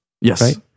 Yes